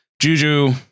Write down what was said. Juju